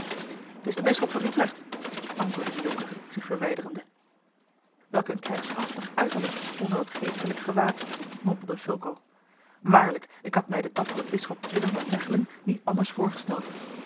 t is de bisschop van utrecht antwoordde de jonker zich verwijderende welk een krijgshaftig uiterlijk onder dat geestelijk gewaad mompelde fulco waarlijk ik had mij den dapperen bisschop willem van mechelen niet anders voorgesteld